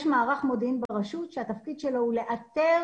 יש מערך מודיעין ברשות שהתפקיד שלו הוא לאתר